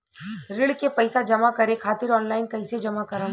ऋण के पैसा जमा करें खातिर ऑनलाइन कइसे जमा करम?